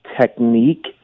technique